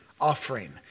offering